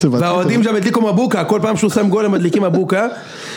והאוהדים שם הדליקו מבוקה כל פעם שהוא שם גולה מדליקים מבוקה